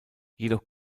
jedoch